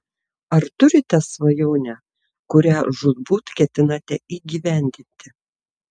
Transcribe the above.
ar turite svajonę kurią žūtbūt ketinate įgyvendinti